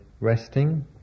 resting